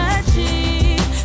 achieve